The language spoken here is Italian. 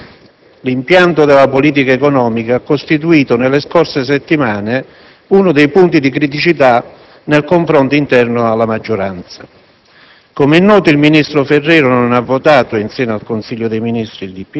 in evidenza che l'impianto della politica economica ha costituito, nelle scorse settimane, uno dei punti di criticità nel confronto interno alla maggioranza.